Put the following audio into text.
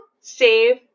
save